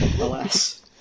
alas